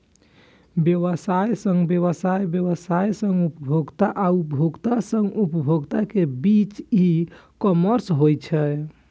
व्यवसाय सं व्यवसाय, व्यवसाय सं उपभोक्ता आ उपभोक्ता सं उपभोक्ता के बीच ई कॉमर्स होइ छै